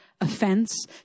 offense